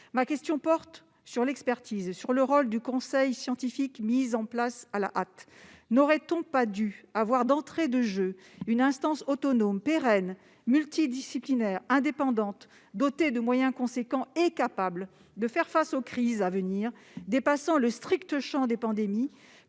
Ma question porte sur l'expertise et sur le rôle du conseil scientifique mis en place à la hâte. N'aurait-on pas dû avoir d'entrée de jeu une instance autonome, pérenne, multidisciplinaire, indépendante, dotée de moyens importants et capable de faire face aux crises à venir, dépassant le strict champ des pandémies,